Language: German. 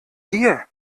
hier